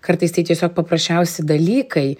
kartais tai tiesiog paprasčiausi dalykai